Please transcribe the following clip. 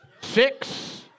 six